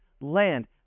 land